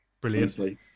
brilliantly